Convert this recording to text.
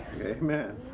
Amen